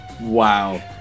wow